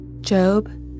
Job